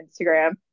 instagram